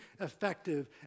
effective